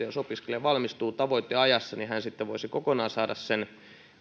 jos opiskelija valmistuu tavoiteajassa niin hän voisi kokonaan saada sen